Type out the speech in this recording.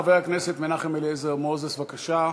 חבר הכנסת מנחם אליעזר מוזס, בבקשה.